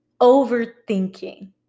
overthinking